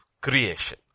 creation